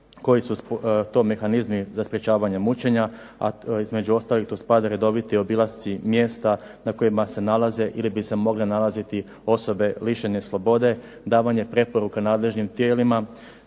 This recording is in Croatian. koji su to mehanizmi u sprečavanju mučenja, a između ostaloga spada redoviti obilasci mjesta na kojima se nalaze ili bi se mogle nalaziti osobe lišene slobode davanje preporuka nadležnim tijelima,